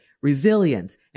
resilience